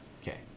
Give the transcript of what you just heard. okay